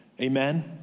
amen